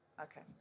Okay